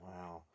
Wow